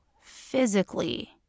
physically